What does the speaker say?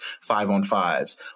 five-on-fives